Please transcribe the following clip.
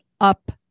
up